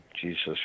Jesus